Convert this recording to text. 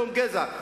לאום וגזע,